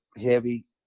heavy